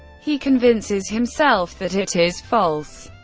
he convinces himself that it is false.